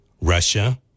Russia